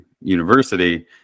university